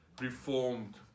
reformed